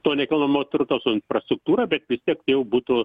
to nekilnojamo turto su infrastruktūra bet vis tiek tai jau būtų